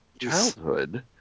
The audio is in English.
childhood